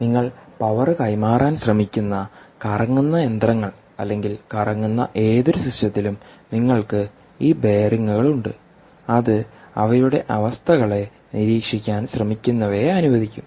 നിങ്ങൾ പവർ കൈമാറാൻ ശ്രമിക്കുന്ന കറങ്ങുന്ന യന്ത്രങ്ങൾ അല്ലെങ്കിൽ കറങ്ങുന്ന ഏതൊരു സിസ്റ്റത്തിലും നിങ്ങൾക്ക് ഈ ബെയറിംഗുകൾ ഉണ്ട് അത് അവയുടെ അവസ്ഥകളെ നിരീക്ഷിക്കാൻ ശ്രമിക്കുന്നവയെ അനുവദിക്കും